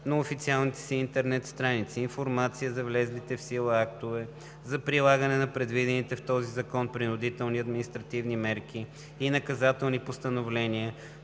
на официалните си интернет страници информация за влезлите в сила актове за прилагане на предвидените в този закон принудителни административни мерки и наказателни постановления,